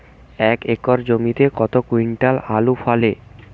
এক একর জমিতে কত কুইন্টাল আলু ফলে?